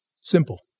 Simple